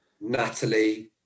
Natalie